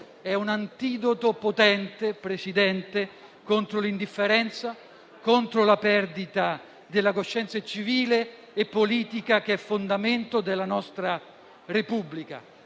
un antidoto potente contro l'indifferenza, contro la perdita della coscienza civile e politica che è fondamento della nostra Repubblica.